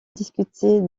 discuter